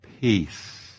peace